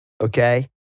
okay